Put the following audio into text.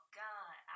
god